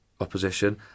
opposition